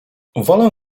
wolę